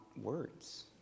words